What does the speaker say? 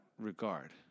regard